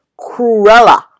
Cruella